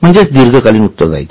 म्हणजेच दीर्घकालीन उत्तरदायित्व